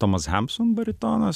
tomas hampson baritonas